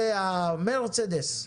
שזה המרצדס.